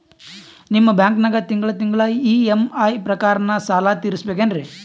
ನಿಮ್ಮ ಬ್ಯಾಂಕನಾಗ ತಿಂಗಳ ತಿಂಗಳ ಇ.ಎಂ.ಐ ಪ್ರಕಾರನ ಸಾಲ ತೀರಿಸಬೇಕೆನ್ರೀ?